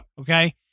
Okay